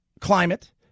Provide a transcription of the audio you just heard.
climate